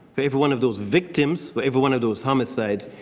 every one of those victims, but every one of those homicides,